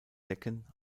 decken